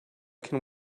can